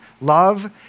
Love